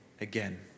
again